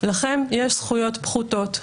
לכם יש זכויות פחותות,